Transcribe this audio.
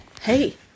Hey